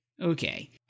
Okay